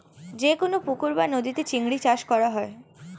যে কোন পুকুর বা নদীতে চিংড়ি চাষ করা হয়